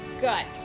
Good